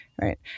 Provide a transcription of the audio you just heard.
right